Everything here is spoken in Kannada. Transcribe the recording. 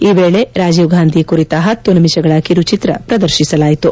ಈ ವೇಳೆ ರಾಜೀವ್ ಗಾಂಧಿ ಕುರಿತ ಪತ್ತು ನಿಮಿಪಗಳ ಕಿರುಚಿತ್ರ ಪ್ರದರ್ತಿಸಲಾಯಿತು